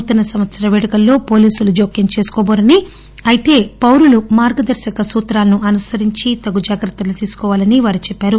నూతన సంవత్సర పేడుకల్లో వోలీసులు జోక్యం చేసుకోబోరని అయితే పౌరులు మార్గదర్శక సూత్రాలను అనుసరించి తగు జాగ్రత్తలు తీసుకోవాలని వారు చెప్పారు